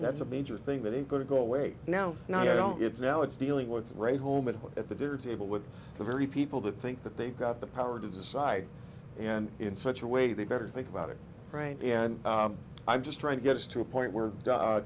that's a major thing that is going to go away now and i don't it's now it's dealing with right home and at the dinner table with the very people that think that they've got the power to decide and in such a way they better think about it right and i'm just trying to get us to a point where